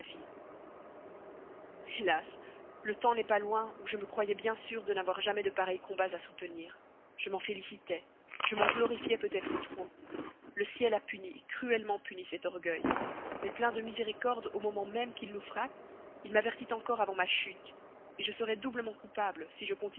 hélas le temps n'est pas loin où je me croyais bien sûre de n'avoir jamais de pareils combats à soutenir je m'en félicitais je m'en glorifiais peut-être trop le ciel a puni cruellement puni cet orgueil mais plein de miséricorde même au moment qu'il nous frappe il m'avertit encore avant ma chute je serais doublement coupable si je